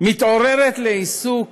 מתעוררת לעיסוק